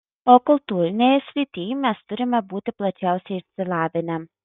o kultūrinėje srityj mes turime būti plačiausiai išsilavinę